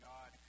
God